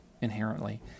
inherently